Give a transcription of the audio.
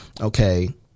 okay